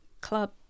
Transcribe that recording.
club